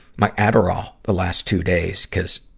my adderall the last two days cuz,